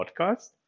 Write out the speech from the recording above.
podcast